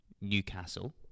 Newcastle